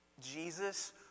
Jesus